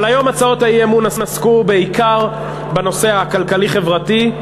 אבל היום הצעות האי-אמון עסקו בעיקר בנושא הכלכלי-חברתי,